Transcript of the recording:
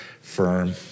firm